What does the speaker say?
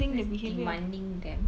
that's demanding them